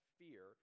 fear